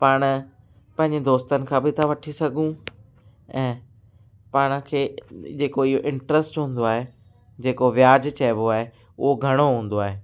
पाण पंहिंजे दोस्तनि खां बि था वठी सघूं ऐं पाण खे जेको इहो इंट्रस्ट हूंदो आहे जेको ब्याज चइबो आहे उहो घणो हूंदो आहे